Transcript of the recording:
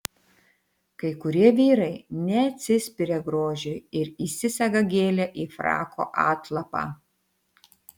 kai kurie vyrai neatsispiria grožiui ir įsisega gėlę į frako atlapą